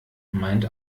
meint